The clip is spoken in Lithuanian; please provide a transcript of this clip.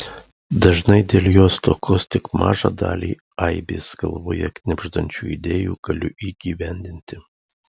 dažnai dėl jo stokos tik mažą dalį aibės galvoje knibždančių idėjų galiu įgyvendinti